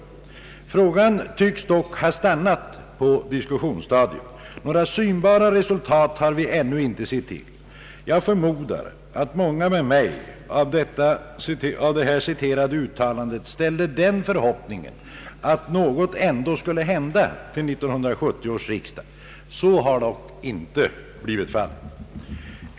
Frågan tycks dock ha stannat på diskussionsstadiet; några synbara resultat har vi ännu inte sett till. Jag förmodar att många med mig efter det här återgivna uttalandet hyste den förhoppningen att något ändå skulle hända till 1970 års riksdag. Så har dock inte blivit fallet.